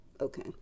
Okay